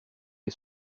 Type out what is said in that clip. est